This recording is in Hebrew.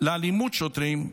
לאלימות שוטרים,